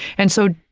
and so,